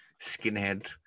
Skinhead